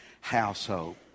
household